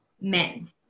men